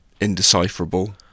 indecipherable